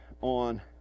on